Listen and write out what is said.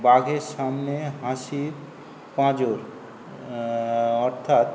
বাঘের সামনে হাসির পাঁজর অর্থাৎ